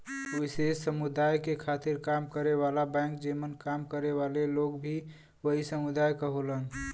विशेष समुदाय के खातिर काम करे वाला बैंक जेमन काम करे वाले लोग भी वही समुदाय क होलन